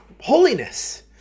holiness